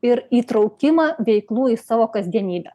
ir įtraukimą veiklų į savo kasdienybę